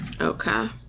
Okay